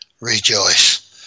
rejoice